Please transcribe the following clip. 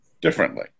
differently